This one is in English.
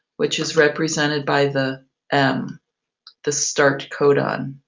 which is represented by the um the start codon.